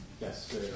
Yes